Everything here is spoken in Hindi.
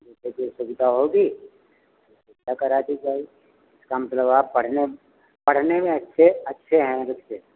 जैसे जो सुविधा होगी सुविधा करा दी जाएगी इसका मतलब आप पढ़ने पढ़ने में अच्छे अच्छे है रुचि से